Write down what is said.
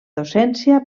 docència